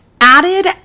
added